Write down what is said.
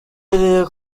iherereye